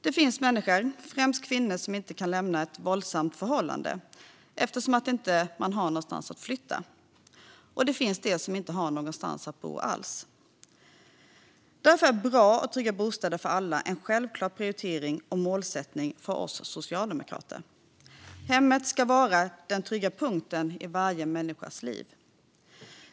Det finns människor, främst kvinnor, som inte kan lämna ett våldsamt förhållande eftersom de inte har någonstans att flytta, och det finns de som inte har någonstans att bo alls. Därför är bra och trygga bostäder för alla en självklar prioritering och målsättning för oss socialdemokrater. Hemmet ska vara den trygga punkten i varje människas liv.